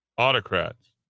autocrats